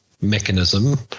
mechanism